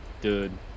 dude